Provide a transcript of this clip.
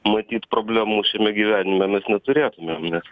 matyt problemų šiame gyvenime mes neturėtumėm nes